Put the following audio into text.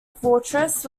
fortress